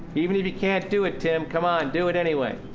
even if you can't do it, tim, come on, do it anyway.